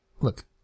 look